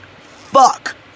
fuck